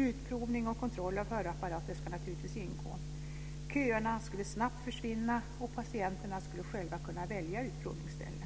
Utprovning och kontroll av hörapparater ska naturligtvis ingå. Köerna skulle snabbt försvinna och patienterna skulle själva kunna välja utprovningsställe.